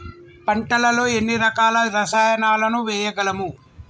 పంటలలో ఎన్ని రకాల రసాయనాలను వేయగలము?